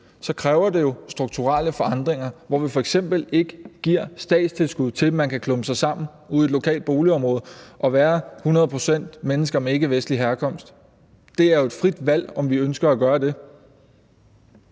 kræver det jo strukturelle forandringer, hvor vi f.eks. ikke giver statstilskud til, at man kan klumpe sig sammen ude i et lokalt boligområde og være 100 pct. mennesker af ikkevestlig herkomst. Det er jo et frit valg, om vi ønsker at gøre det.